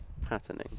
patterning